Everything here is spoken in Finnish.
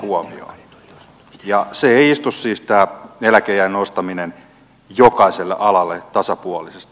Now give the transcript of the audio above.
tämä eläkeiän nostaminen ei istu jokaiselle alalle tasapuolisesti